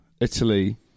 Italy